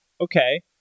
okay